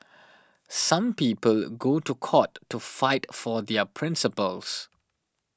some people go to court to fight for their principles